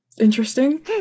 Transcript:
interesting